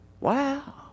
Wow